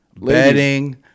bedding